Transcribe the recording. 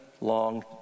long